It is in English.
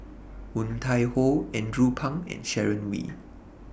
Woon Tai Ho Andrew Phang and Sharon Wee